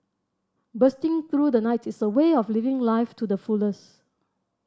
bursting through the night is a way of living life to the fullest